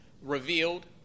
revealed